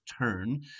Turn